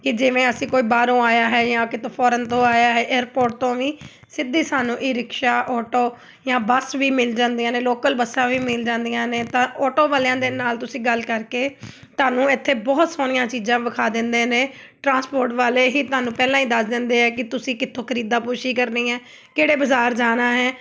ਕਿ ਜਿਵੇਂ ਅਸੀਂ ਕੋਈ ਬਾਹਰੋਂ ਆਇਆ ਹੈ ਜਾਂ ਕਿਤੋਂ ਫੋਰਨ ਤੋਂ ਆਇਆ ਏਅਰਪੋਰਟ ਤੋਂ ਵੀ ਸਿੱਧੀ ਸਾਨੂੰ ਈ ਰਿਕਸ਼ਾ ਓਟੋ ਜਾਂ ਬੱਸ ਵੀ ਮਿਲ ਜਾਂਦੀਆਂ ਨੇ ਲੋਕਲ ਬੱਸਾਂ ਵੀ ਮਿਲ ਜਾਂਦੀਆਂ ਨੇ ਤਾਂ ਓਟੋ ਵਾਲਿਆਂ ਦੇ ਨਾਲ ਤੁਸੀਂ ਗੱਲ ਕਰਕੇ ਤੁਹਾਨੂੰ ਇੱਥੇ ਬਹੁਤ ਸੋਹਣੀਆਂ ਚੀਜ਼ਾਂ ਵਿਖਾ ਦਿੰਦੇ ਨੇ ਟ੍ਰਾਂਸਪੋਰਟ ਵਾਲੇ ਹੀ ਤੁਹਾਨੂੰ ਪਹਿਲਾਂ ਹੀ ਦੱਸ ਦਿੰਦੇ ਆ ਕਿ ਤੁਸੀਂ ਕਿੱਥੋਂ ਖਰੀਦਾ ਪੁਸ਼ੀ ਕਰਨੀ ਹੈ ਕਿਹੜੇ ਬਾਜ਼ਾਰ ਜਾਣਾ ਹੈ